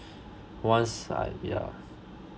once I yeah